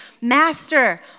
Master